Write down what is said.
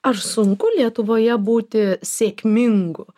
ar sunku lietuvoje būti sėkmingu